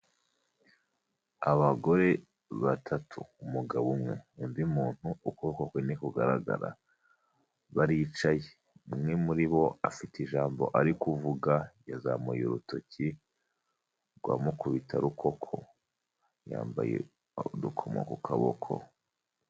Abagore batatu umugabo umwe undi muntu ukuboko kwe ntikugaragara, baricaye umwe muri bo afite ijambo ari kuvuga, yazamuye urutoki rwa mukubitarukoko yambaye udukomo ku kaboko.